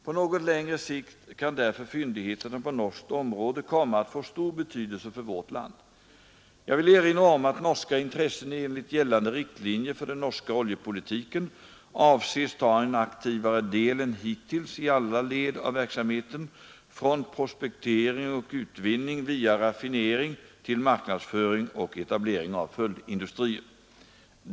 På något längre sikt kan därför fyndigheterna på norskt område komma att få stor betydelse för vårt land. Jag vill erinra om att norska intressen enligt gällande riktlinjer för den norska oljepolitiken avses ta en aktivare del än hittills i alla led av verksamheten från prospektering och utvinning via raffinering till marknadsföring och etablering av följdindustrier.